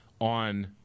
on